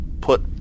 put